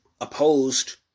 opposed